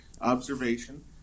observation